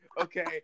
Okay